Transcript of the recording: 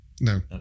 No